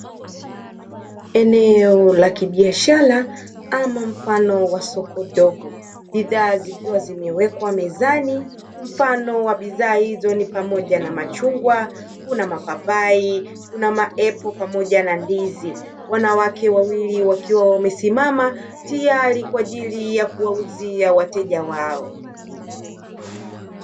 Eneo la kibiashara ama mfano wa soko dogo; bidha zikiwa zimewekwa mezani, mfano wa bidhaa hizo ni pamoja na: machungwa, kuna mapapai, kuna maepo pamoja na ndizi. Wanawake wawili wakiwa wamesimama tayari kwa ajili ya kuwauzia wateja wao.